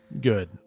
Good